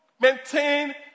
maintain